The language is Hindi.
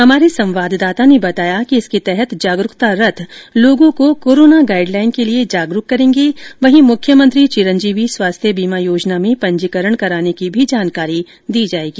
हमारे संवाददाता ने बताया कि इसके तहत जागरूकता रथ लोगों को कोराना गाइडलाईन के लिए जागरूक करेंगे वहीं मुख्यमंत्री चिरंजीवी स्वास्थ्य बीमा योजना में पंजीकरण कराने की भी जानकारी दी जायेगी